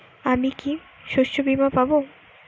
আমি কি শষ্যবীমা পাব?